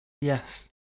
Yes